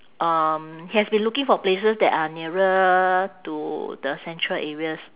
um he has been looking for places that are nearer to the central areas